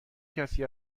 کسی